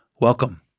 Welcome